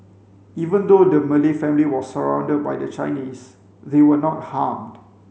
even though the Malay family was surrounded by the Chinese they were not harmed